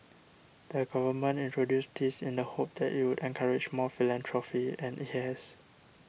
the Government introduced this in the hope that it would encourage more philanthropy and it has